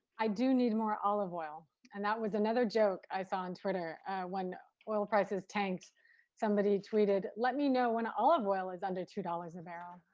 i do need more olive oil and that was another joke. i saw on twitter when oil prices tanks somebody tweeted let me know when olive oil is under two dollars dollars a barrel.